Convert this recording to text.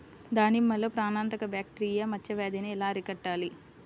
దానిమ్మలో ప్రాణాంతక బ్యాక్టీరియా మచ్చ వ్యాధినీ ఎలా అరికట్టాలి?